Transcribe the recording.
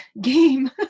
game